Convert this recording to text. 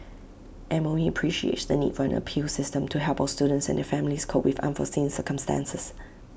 M O E appreciates the need for an appeals system to help our students and their families cope with unforeseen circumstances